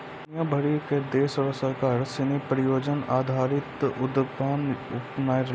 दुनिया भरी के देश र सरकार सिनी परियोजना आधारित उद्यमिता अपनाय रहलो छै